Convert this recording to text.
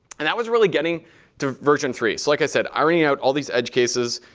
and that was really getting to version three. so like i said, ironing out all these edge cases,